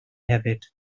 hefyd